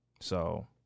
So-